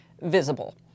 visible